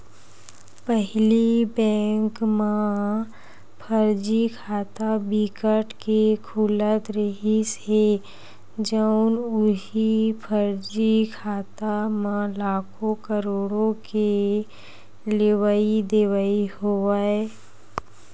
पहिली बेंक म फरजी खाता बिकट के खुलत रिहिस हे अउ उहीं फरजी खाता म लाखो, करोड़ो के लेवई देवई होवय